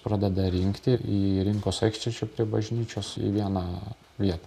pradeda rinkti į rinkos aikštę čia prie bažnyčios į vieną vietą